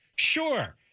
Sure